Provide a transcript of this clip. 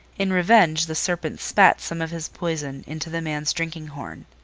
in revenge the serpent spat some of his poison into the man's drinking-horn.